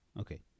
okay